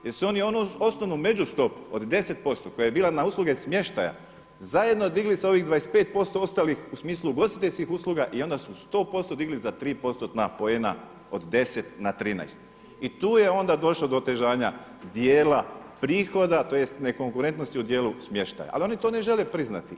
Jer su oni onu osnovnu međustopu od 10% koja je bila na usluge smještaja zajedno digli sa ovih 25% ostalih u smislu ugostiteljskih usluga i onda su 100% digli za 3 postotna poena od 10 na 13. i tu je onda došlo do otežanja dijela prihoda tj. ne konkurentnosti u dijelu smještaja, ali oni to ne žele priznati.